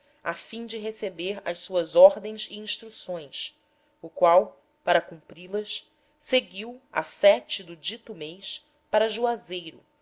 fim de receber as suas ordens e instruções o qual para cumpri-las seguiu a do dito mês para juazeiro